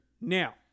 Now